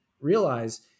realize